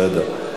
אבל בסדר.